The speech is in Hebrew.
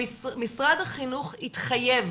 משרד החינוך התחייב